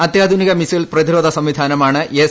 അത്യാധുനിക മിസൈൽ പ്രതിരോധ സംവിധാനമാണ് എസ്